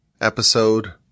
episode